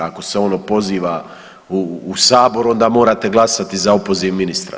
Ako se on opoziva u Saboru onda morate glasati za opoziv ministra.